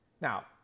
Now